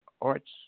arts